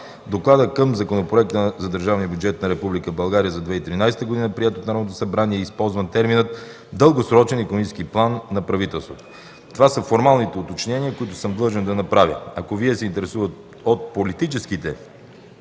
доклада към Законопроекта за държавния бюджет на Република България за 2013 г., приет от Народното събрание, е използван терминът „Дългосрочен икономически план на правителството”. Това са формалните уточнения, които съм длъжен да направя. Ако Вие се интересувате от политическите